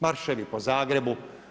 Marševi po Zagrebu.